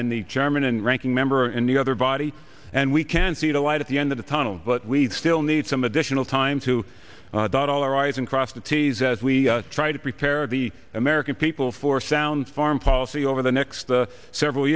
and the chairman and ranking member in the other body and we can see the light at the end of the tunnel but we still need some additional time to dot all our eyes and cross the t's as we try to prepare the american people for sound foreign policy over the next several